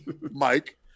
Mike